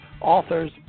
authors